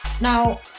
Now